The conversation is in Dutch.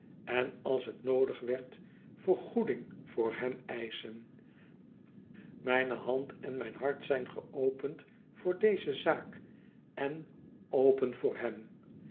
en als het noodig werd vergoeding voor hem eischen mijne hand en mijn hart zijn geopend voor deze zaak en open voor hem